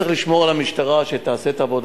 צריך לשמור על המשטרה שתעשה את עבודתה.